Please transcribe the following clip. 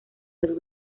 del